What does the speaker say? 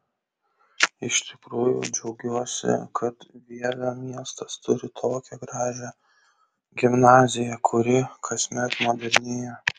iš tikrųjų džiaugiuosi kad vievio miestas turi tokią gražią gimnaziją kuri kasmet modernėja